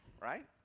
right